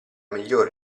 miglior